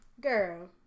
Girl